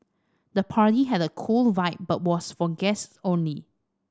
the party had a cool vibe but was for guests only